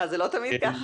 מה, זה לא תמיד ככה?